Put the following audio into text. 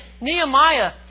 Nehemiah